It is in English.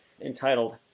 entitled